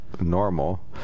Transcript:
Normal